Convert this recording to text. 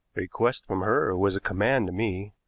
a request from her was a command to me,